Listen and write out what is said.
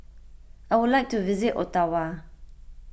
I would like to visit Ottawa